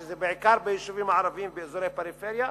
שזה בעיקר ביישובים ערביים ובאזורי הפריפריה,